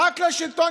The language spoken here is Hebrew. רק לשלטון,